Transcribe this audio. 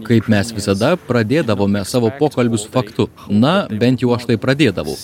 kaip mes visada pradėdavome savo pokalbius faktu na bent jau aš tai pradėdavau